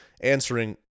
answering